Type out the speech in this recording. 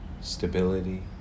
stability